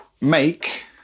Make